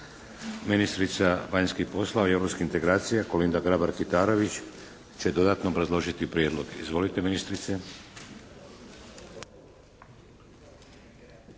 Ministrica vanjskih poslova i europskih integracija, Kolinda Grabar Kitarović će dodatno obrazložiti prijedlog. Izvolite ministrice.